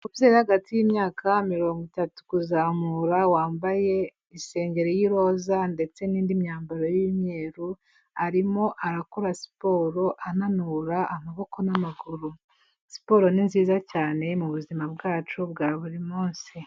Umubyeyi uri hagati y'imyaka mirongo itatu kuzamura, wambaye isengeri y'iroza ndetse n'indi myambaro y'imyeru, arimo arakora siporo ananura amaboko n'amaguru, siporo ni nziza cyane mu buzima bwacu bwa buri munsi.